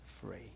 free